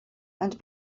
and